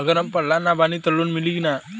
अगर हम पढ़ल ना बानी त लोन मिली कि ना?